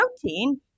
protein